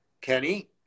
Kenny